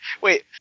Wait